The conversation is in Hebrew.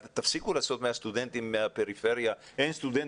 תפסיקו לעשות מהסטודנטים מהפריפריה אין סטודנט